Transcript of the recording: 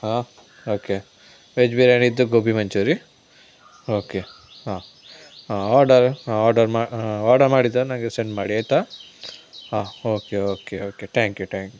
ಹಾಂ okay veg biryani with gobi manchurian okay ಹಾಂ ಹಾಂ ಆರ್ಡರ್ ಹಾಂ ಆರ್ಡರ್ ಮಾ ಹಾಂ ಆರ್ಡರ್ ಮಾಡಿದ್ದನ್ನು ನನಗೆ ಸೆಂಡ್ ಮಾಡಿ ಆಯಿತಾ ಹಾಂ okay okay okay thank you thank you